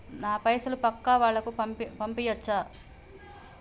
నా పైసలు పక్కా వాళ్ళకు పంపియాచ్చా?